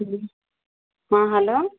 hello ହଁ hello